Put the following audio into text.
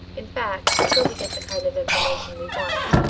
in fact, until we get the kind of information we want.